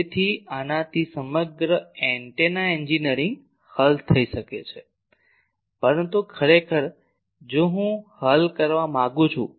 તેથી આનાથી સમગ્ર એન્ટેના એન્જિનિયરિંગ હલ થઈ શકે પરંતુ ખરેખર જો હું હલ કરવા માંગું છું